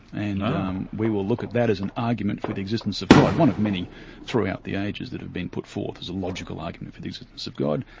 and um we will look at that as an argument for the existence of god, one of many throughout the ages that have been put forth as a logical argument for the existence of god,